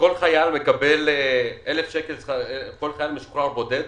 שכל חייל משוחרר בודד